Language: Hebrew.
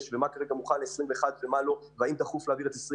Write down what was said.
מאחר שלא ניהלתי דיונים